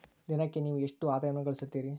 ದಿನಕ್ಕೆ ನೇವು ಎಷ್ಟು ಆದಾಯವನ್ನು ಗಳಿಸುತ್ತೇರಿ?